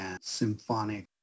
Symphonic